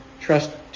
trust